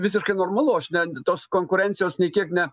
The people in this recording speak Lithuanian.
visiškai normalu aš net tos konkurencijos nei kiek ne